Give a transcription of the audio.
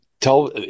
tell